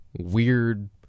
weird